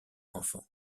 enfant